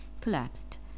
collapsed